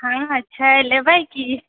हँ छै लेबै की